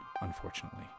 unfortunately